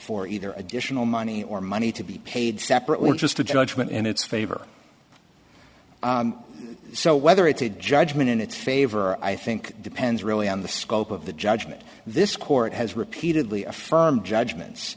for either additional money or money to be paid separately or just a judgment and it's favor so whether it's a judgment in its favor i think it depends really on the scope of the judgment this court has repeatedly affirmed judgments